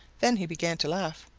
then he began to laugh.